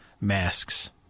masks